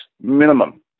minimum